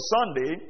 Sunday